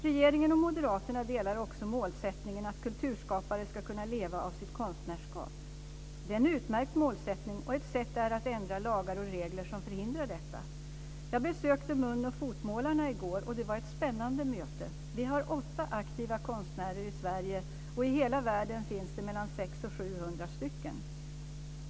Regeringen och Moderaterna delar också målsättningen att kulturskapare ska kunna leva av sitt konstnärskap. Det är en utmärkt målsättning. Ett sätt att uppnå denna är att ändra lagar och regler som förhindrar detta. Jag besökte mun och fotmålarna i går. Det var ett spännande möte. Vi har åtta aktiva konstnärer i Sverige. I hela världen finns det mellan 600 och 700.